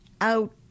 out